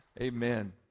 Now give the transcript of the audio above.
Amen